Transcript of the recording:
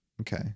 Okay